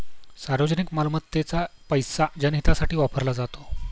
सार्वजनिक मालमत्तेचा पैसा जनहितासाठी वापरला जातो